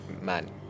Man